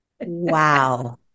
Wow